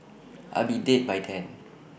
I'll be dead by then